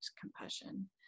compassion